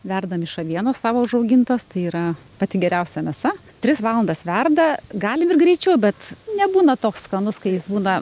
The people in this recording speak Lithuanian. verdam iš avienos savo užaugintos tai yra pati geriausia mėsa tris valandas verda galim ir greičiau bet nebūna toks skanus kai jis būna